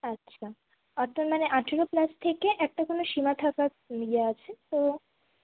আচ্ছা অর্থাৎ মানে আঠেরো প্লাস থেকে একটা কোন সীমা থাকার ইয়ে আছে তো